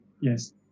Yes